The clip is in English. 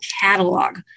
catalog